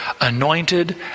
anointed